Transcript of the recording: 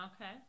Okay